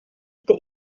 the